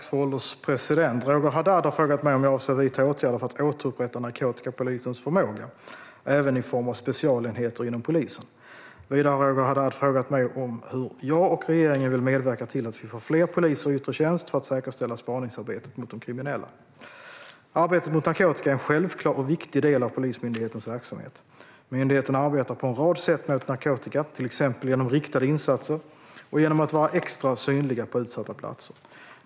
Fru ålderspresident! Roger Haddad har frågat mig om jag avser att vidta åtgärder för att återupprätta narkotikapolisens förmåga, även i form av specialenheter inom polisen. Vidare har Roger Haddad frågat mig hur jag och regeringen vill medverka till att vi får fler poliser i yttre tjänst för att säkerställa spaningsarbetet mot de kriminella. Arbetet mot narkotika är en självklar och viktig del av Polismyndighetens verksamhet. Myndigheten arbetar på en rad sätt mot narkotika, till exempel genom riktade insatser och genom att vara extra synliga på utsatta platser.